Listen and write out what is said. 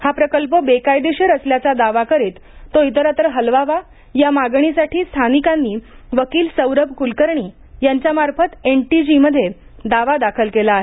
हा प्रकल्प बेकायदेशीर असल्याचा दावा करीत तो इतरत्र हलवावा या मागणीसाठी स्थानिकांनी वकील सौरभ कुलकर्णी यांच्यामार्फत एनजीटीमध्ये दावा दाखल केला आहे